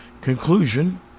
conclusion